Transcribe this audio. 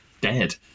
dead